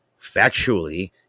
factually